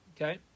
Okay